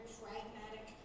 pragmatic